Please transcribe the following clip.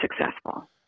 successful